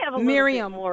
Miriam